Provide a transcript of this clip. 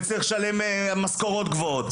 משכורות גבוהות,